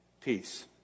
Peace